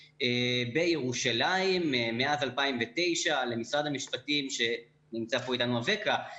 בירושלים מאז 2009. נמצא פה איתנו אווקה,